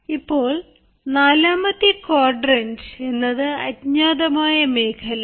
ഇപ്പോൾ ക്വാഡ്രന്റ് 4 എന്നത് അജ്ഞാതമായ മേഖലയാണ്